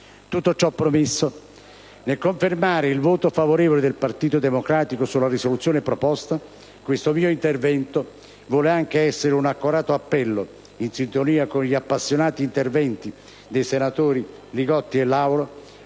Tutto ciò premesso, nel confermare il voto favorevole del Gruppo del Partito Democratico sulla proposta di risoluzione presentata, il mio intervento vuole essere anche un accorato appello, in sintonia con gli appassionati interventi dei senatori Li Gotti e Lauro,